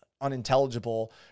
unintelligible